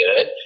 good